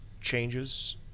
changes